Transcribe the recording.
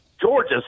Georgia